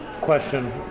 Question